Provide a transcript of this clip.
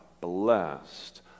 blessed